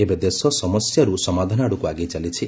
ଏବେ ଦେଶ ସମସ୍ୟାରୁ ସମାଧାନ ଆଡ଼କୁ ଆଗେଇ ଚାଲିଛି